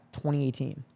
2018